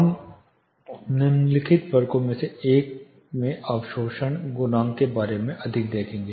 हम निम्नलिखित वर्गों में से एक में अवशोषण गुणांक के बारे में अधिक देखेंगे